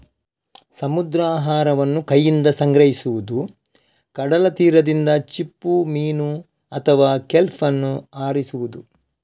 ಸಮುದ್ರಾಹಾರವನ್ನು ಕೈಯಿಂದ ಸಂಗ್ರಹಿಸುವುದು, ಕಡಲ ತೀರದಿಂದ ಚಿಪ್ಪುಮೀನು ಅಥವಾ ಕೆಲ್ಪ್ ಅನ್ನು ಆರಿಸುವುದು